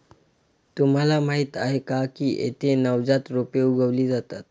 तुम्हाला माहीत आहे का की येथे नवजात रोपे उगवली जातात